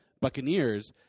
Buccaneers